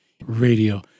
Radio